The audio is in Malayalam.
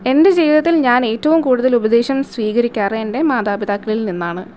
എൻ്റെ ജീവിതത്തിൽ ഞാൻ ഏറ്റവും കൂടുതൽ ഉപദേശം സ്വീകരിക്കാറുള്ളത് എൻ്റെ മാതാപിതാക്കളിൽ നിന്നാണ്